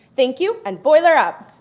thank you and boiler up.